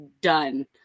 Done